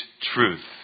truth